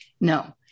no